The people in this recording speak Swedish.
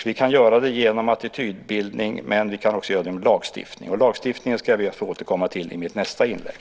Vi kan göra det genom attitydbildning och också genom lagstiftning. Lagstiftningen ska jag be att få återkomma till i mitt nästa inlägg.